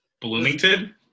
Bloomington